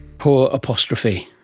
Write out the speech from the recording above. poor apostrophe,